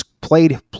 played